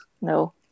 no